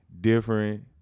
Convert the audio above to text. different